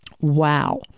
Wow